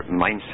mindset